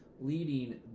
leading